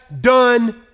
done